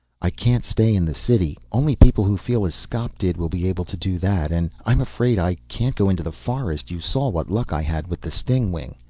i can't stay in the city, only people who feel as skop did will be able to do that. and i'm afraid i can't go into the forest you saw what luck i had with the stingwing.